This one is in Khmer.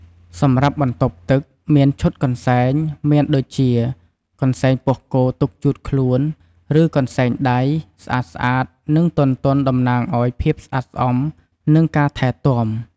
សម្រាប់បន្ទប់់ទឹក មានឈុតកន្សែង មានដូចជា កន្សែងពោះគោទុកជូតខ្លួន ឬកន្សែងដៃ ស្អាតៗ និងទន់ៗតំណាងឲ្យ ភាពស្អាតស្អំ និង ការថែទាំ។